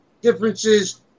differences